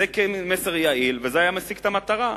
זה כן מסר יעיל וזה היה משיג את המטרה.